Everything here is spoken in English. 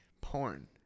porn